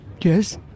Yes